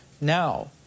now